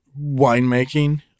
winemaking